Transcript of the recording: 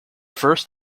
first